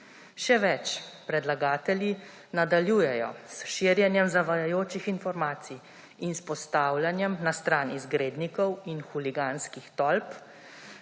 Še več, predlagatelji nadaljujejo s širjenjem zavajajočih informacij in s postavljanjem na stran izgrednikov in huliganskih tolp.